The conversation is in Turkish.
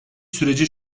süreci